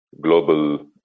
global